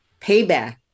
payback